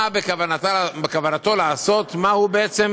מה בכוונתו לעשות, מה הוא בעצם